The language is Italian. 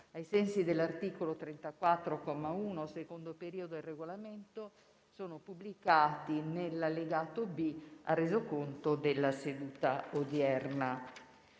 ai sensi dell'articolo 34, comma 1, secondo periodo, del Regolamento sono pubblicati nell'allegato B al Resoconto della seduta odierna.